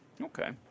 Okay